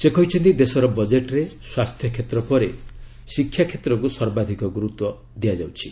ସେ କହିଛନ୍ତି ଦେଶର ବଜେଟରେ ସ୍ୱାସ୍ଥ୍ୟକ୍ଷେତ୍ର ପରେ ଶିକ୍ଷାକ୍ଷେତ୍ରକୁ ସର୍ବାଧିକ ଗୁରୁତ୍ୱ ଦିଆଯାଇଛି